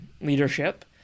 leadership